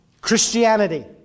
Christianity